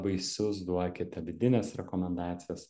vaisius duokite vidines rekomendacijas